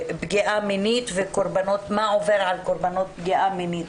מה עובר על קורבנות פגיעה מינית.